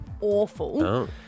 awful